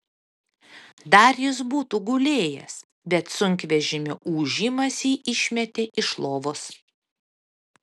dar jis būtų gulėjęs bet sunkvežimio ūžimas jį išmetė iš lovos